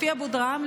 לפי אבודרהם,